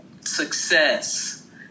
success